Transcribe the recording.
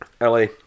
Ellie